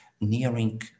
nearing